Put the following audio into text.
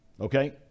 okay